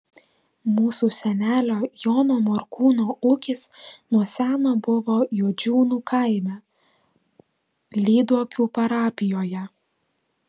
mūsų senelio jono morkūno ūkis nuo seno buvo juodžiūnų kaime lyduokių parapijoje